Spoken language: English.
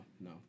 no